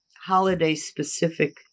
holiday-specific